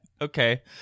Okay